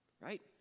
right